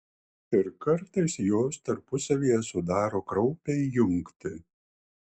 ir kartais jos tarpusavyje sudaro kraupią jungtį